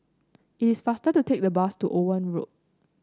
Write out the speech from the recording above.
it is faster to take the bus to Owen Road